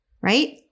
right